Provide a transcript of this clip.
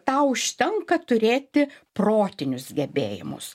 tau užtenka turėti protinius gebėjimus